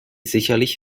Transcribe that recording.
sicherlich